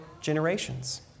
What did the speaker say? generations